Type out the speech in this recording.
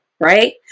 right